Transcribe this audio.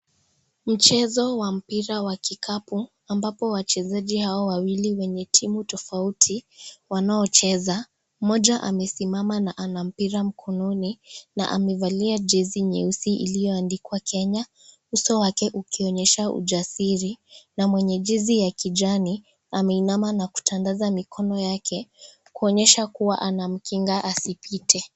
Mchezo wa mpira wa kikapu ambapo wachezaji hao wawili wenye timu tofauti wanaocheza, mmoja amesimama na ana mpira mkononi na amevalia jezi nyeusi iliyoandikwa Kenya uso wake ukionyesha ujasiri na mwenye jezi ya kijani ameinama na kutandaza mikono yake kuonyesha kuwa anamkimga asipite.